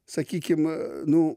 sakykim nu